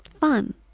Fun